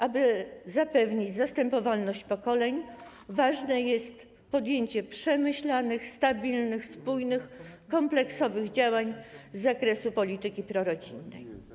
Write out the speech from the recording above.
Aby zapewnić zastępowalność pokoleń, ważne jest podjęcie przemyślanych, stabilnych, spójnych, kompleksowych działań z zakresu polityki prorodzinnej.